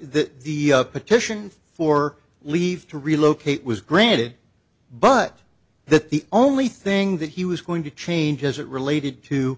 that the petition for leave to relocate was granted but that the only thing that he was going to change as it related to